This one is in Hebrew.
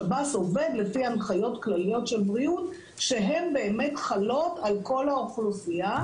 שב"ס עובד לפי הנחיות כלליות של בריאות שהן חלות על כל האוכלוסייה,